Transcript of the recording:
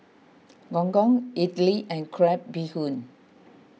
Gong Gong Idly and Crab Bee Hoon